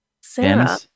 Sarah